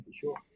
sure